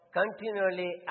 continually